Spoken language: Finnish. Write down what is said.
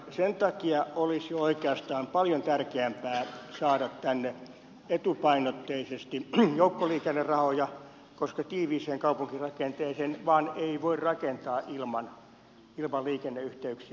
sen takia olisi oikeastaan paljon tärkeämpää saada tänne etupainotteisesti joukkoliikennerahoja koska tiiviiseen kaupunkirakenteeseen vain ei voi rakentaa ilman liikenneyhteyksiä lisää